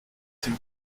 dem